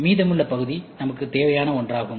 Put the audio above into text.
மீதமுள்ள பகுதி நமக்கு தேவையான ஒன்றாகும்